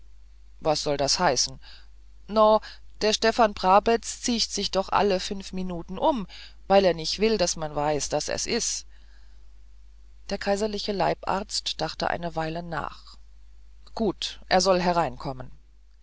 was soll das heißen no der stefan brabetz ziecht sich doch alle finf minuten um weil er nicht will daß man weiß daß er's is der herr kaiserliche leibarzt dachte eine weile nach gut er soll hereinkommen